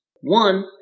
One